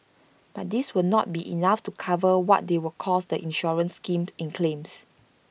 but this will not be enough to cover what they will cost the insurance scheme in claims